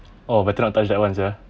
oh better not touch that one sia